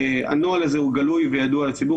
הנוהל זה הוא גלוי וידוע לציבור.